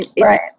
Right